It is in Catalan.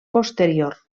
posterior